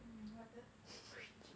oh my god damn cringe